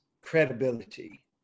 credibility